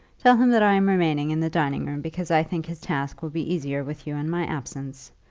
tell him that i am remaining in the dining-room because i think his task will be easier with you in my absence.